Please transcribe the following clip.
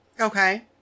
Okay